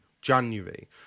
January